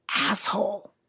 asshole